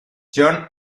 john